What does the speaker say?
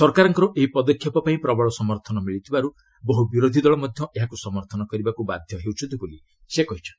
ସରକାରଙ୍କର ଏହି ପଦକ୍ଷେପ ପାଇଁ ପ୍ରବଳ ସମର୍ଥନ ମିଳୁଥିବାରୁ ବହୁ ବିରୋଧୀ ଦଳ ମଧ୍ୟ ଏହାକୁ ସମର୍ଥନ କରିବାକୁ ବାଧ୍ୟ ହେଉଛନ୍ତି ବୋଲି ସେ କହିଛନ୍ତି